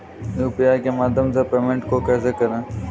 UPI के माध्यम से पेमेंट को कैसे करें?